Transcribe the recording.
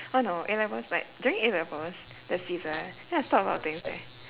oh no A levels like during A levels the season then I stop a lot of things leh